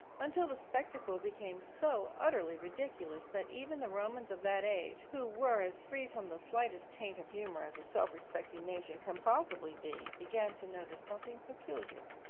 until the spectacle became so utterly ridiculous that even the romans of that age, who were as free from the slightest taint of humour as a self-respecting nation can possibly be, began to notice something peculiar.